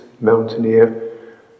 mountaineer